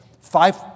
five